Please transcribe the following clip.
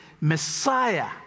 Messiah